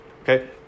okay